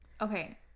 Okay